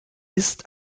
ist